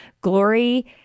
glory